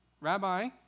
Rabbi